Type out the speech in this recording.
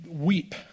weep